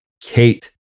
Kate